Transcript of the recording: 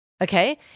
Okay